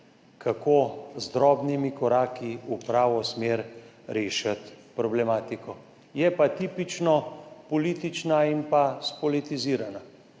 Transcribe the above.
kako z drobnimi koraki v pravo smer rešiti problematiko, je pa tipično politična in spolitizirana.